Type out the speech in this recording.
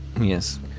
Yes